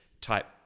type